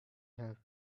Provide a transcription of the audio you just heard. have